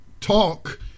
talk